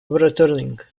returning